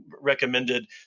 recommended